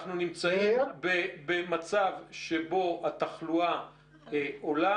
אנחנו נמצאים במצב שבו התחלואה עולה.